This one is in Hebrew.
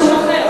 תקשיבו.